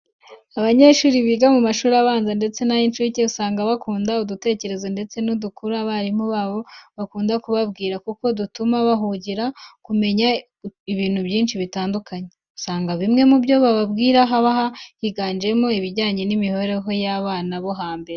Abanyeshuri biga mu mashuri abanza ndetse n'ay'incuke usanga bakunda udutekerezo ndetse n'udukuru abarimu babo bakunda kubabwira kuko dutuma bahugukira kumenya ibintu byinshi bitandukanye. Usanga bimwe mu byo bababwira haba higanjemo ibijyane n'imibereho y'abana bo hambere.